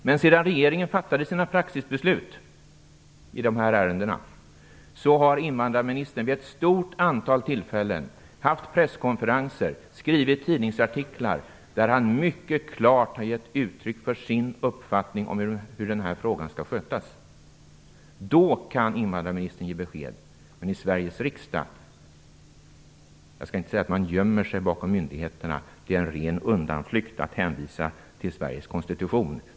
Men sedan regeringen fattade sina praxisbeslut i de här ärendena har invandrarministern vid ett stort antal tillfällen haft presskonferenser och skrivit tidningsartiklar där han mycket klart har givit uttryck för sin uppfattning om hur den här frågan skall skötas. Då kan invandrarministern ge besked men inte i Sveriges riksdag. Jag skall inte säga att man gömmer sig bakom myndigheterna, men det är en ren undanflykt att hänvisa till Sveriges konstitution.